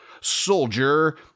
soldier